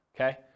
okay